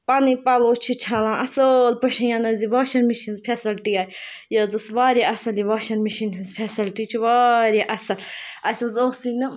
پَنٕنۍ پَلو چھِ چھَلان اَصٕل پٲٹھۍ یَن حظ یہِ واشَن مِشیٖن ہِنٛز فیسَلٹی آے یہِ حظ ٲس واریاہ اَصٕل یہِ واشَن مِشیٖن ہِنٛز فیسَلٹی یہِ چھِ واریاہ اَصٕل اَسہِ حظ ٲسٕے نہٕ